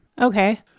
Okay